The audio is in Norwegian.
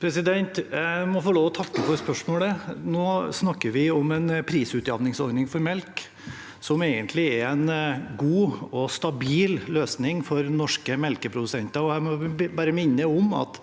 Jeg må få lov til å takke for spørsmålet. Nå snakker vi om en prisutjevningsordning for melk, som egentlig er en god og stabil løsning for norske melkeprodusenter. Jeg må minne om at